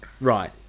right